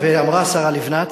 ואמרה השרה לבנת,